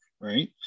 right